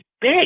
big